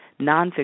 nonfiction